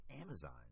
Amazon